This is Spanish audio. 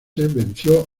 venció